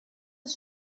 des